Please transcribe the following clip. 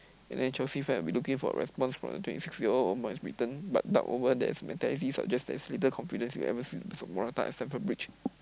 and then Chelsea fans will be looking for a response from the twenty six year old upon his return but the mentality suggest there's little confidence ever since Morata at Stamford-Bridge